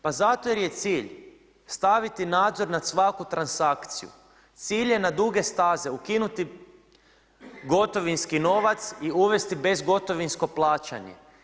Pa zato što je cilj staviti nadzor nad svaku transakciju, cilj je na duge staze ukinuti gotovinski novac i uvesti bezgotovinsko plaćanje.